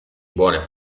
buone